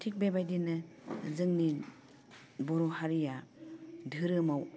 थिक बेबायदिनो जोंनि बर' हारिया दोहोरोमाव